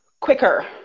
quicker